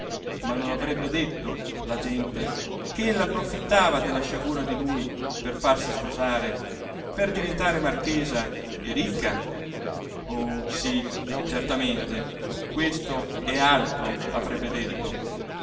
ma non avrebbe detto la gente che ella approfittava della sciagura di lui per farsi sposare per diventar marchesa e ricca oh sì certamente questo e altro avrebbe detto